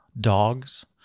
dogs